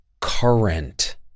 current